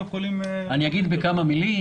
אגיד בכמה מילים.